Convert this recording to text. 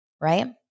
right